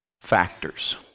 factors